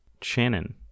Shannon